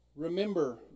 remember